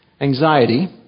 Anxiety